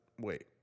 Wait